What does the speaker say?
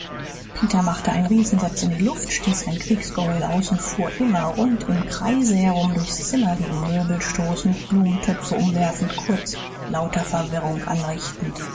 peter machte einen riesensatz in die luft stieß ein kriegsgeheul aus und fuhr immer rund im kreise herum durchs zimmer gegen möbel stoßend blumentöpfe umwerfend kurz lauter verwirrung anrichtend